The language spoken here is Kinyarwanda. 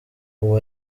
ubu